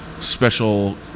special